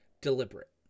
deliberate